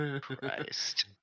Christ